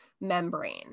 membrane